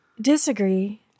Disagree